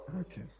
Okay